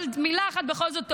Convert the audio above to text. אבל בכל זאת מילה אחת טובה: